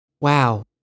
wow